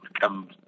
come